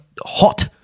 hot